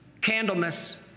Candlemas